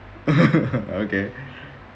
okay